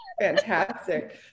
Fantastic